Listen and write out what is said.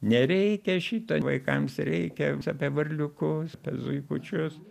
nereikia šito vaikams reikia apie varliukus apie zuikučius